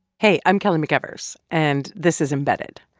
hey, i'm kelly mcevers, and this is embedded.